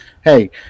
Hey